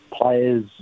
players